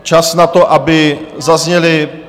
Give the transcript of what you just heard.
Čas na to, aby zazněly...